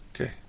Okay